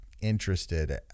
Interested